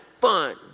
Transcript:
fun